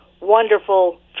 wonderful